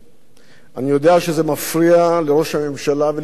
אני יודע שזה מפריע לראש הממשלה ולשגרת יומו,